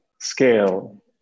scale